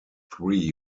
three